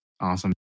Awesome